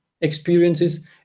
experiences